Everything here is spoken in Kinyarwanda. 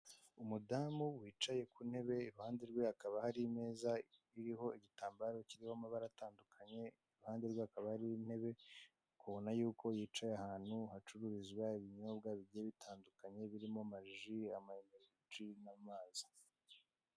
Umudamu wicaye ku ntebe iruhande rwe hakaba hari imeza, iriho igtambaro kiriho amabara atandukanye iruhande rwe hakaba hari intebe ukabona ko yicaye ahantu hacururizwa ibinyobwa bigiye bitandukanye, birimo amaji n'amazi.